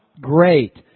Great